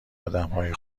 آدمهای